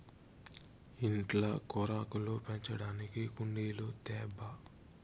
ఇంట్ల కూరాకులు పెంచడానికి కుండీలు తేబ్బా